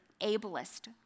ableist